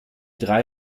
drei